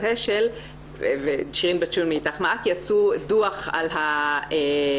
השל ושירין בצ'ון היא מאית"ך-מעכי עשו דו"ח על ה-SDG,